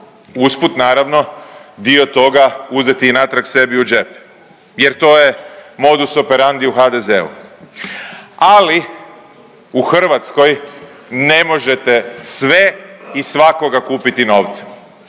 put naravno dio toga uzeti natrag sebi u džep jer to je modus operandi u HDZ-u. Ali u Hrvatskoj ne možete sve i svakoga kupiti novcem.